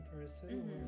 person